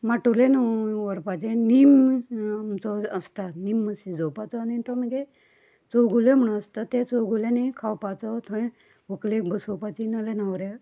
माटुलेन व व्हरपाचें नीम आमचो आसता नीम शिजोवपाचो आनी तो मगीर चौगुले म्हुणो आसता ते चौगुल्यानी खावपाचो थंय व्हंकलेक बसोवपाची नाल्या नवऱ्याक